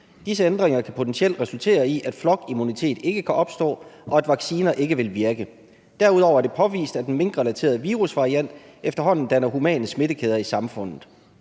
Sådanne ændringer kan potentielt ... medføre, at flokimmunitet ikke kan opstå, og at vacciner ikke vil virke. Derudover er det påvist, at den mink-relaterede virus-variant efterfølgende danner humane smittekæder i samfundet.